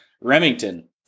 Remington